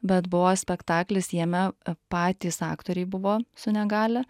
bet buvo spektaklis jame patys aktoriai buvo su negalia